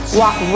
walk